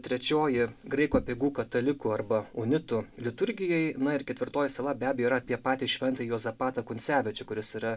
trečioji graikų apeigų katalikų arba unitų liturgijai na ir ketvirtoji sala be abejo yra apie patį šventąjį juozapatą kuncevičių kuris yra